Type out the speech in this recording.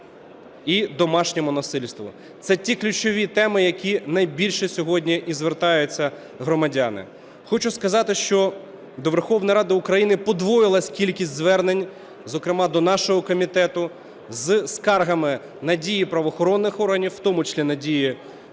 і домашнє насильство. Це ті ключові теми, з якими найбільше сьогодні і звертаються громадяни. Хочу сказати, що до Верховної Ради України подвоїлась кількість звернень, зокрема, до нашого комітету зі скаргами на дії правоохоронних органів, в тому числі на дії